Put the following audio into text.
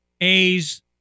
A's